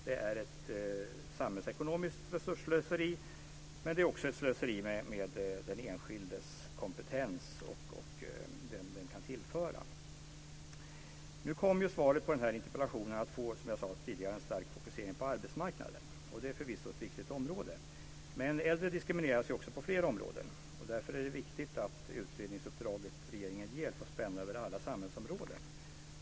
Det är ett samhällsekonomiskt resursslöseri, men det är också ett slöseri med den enskildes kompetens och vad den kan tillföra. Nu kom svaret på interpellationen att få, som jag sade tidigare, en stark fokusering på arbetsmarknaden. Det är förvisso ett viktigt område, men äldre diskrimineras på flera andra områden. Därför är det viktigt att det utredningsuppdrag som regeringen ger få spänna över alla samhällsområden.